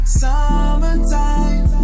summertime